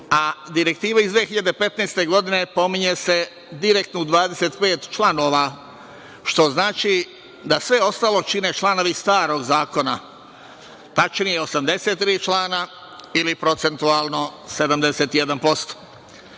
a direktiva iz 2015. godine pominje se direktno u 25 članova, što znači da sve ostalo čine članovi starog zakona, tačnije 83 člana ili procentualno 71%.